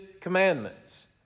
commandments